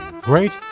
great